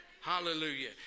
Hallelujah